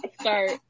start